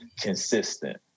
consistent